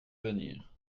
venir